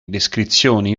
descrizioni